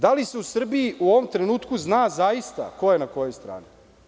Da li se u Srbiji u ovom trenutku zna zaista ko je na kojoj strani?